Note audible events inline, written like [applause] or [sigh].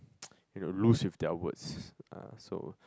[noise] you know loose with their words uh so